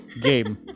game